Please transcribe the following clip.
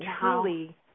truly